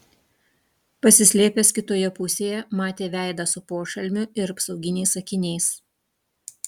pasislėpęs kitoje pusėje matė veidą su pošalmiu ir apsauginiais akiniais